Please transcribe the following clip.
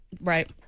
Right